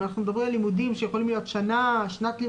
אם אנחנו מדברים על לימודים שיכולים להיות שנת לימודים,